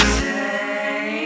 say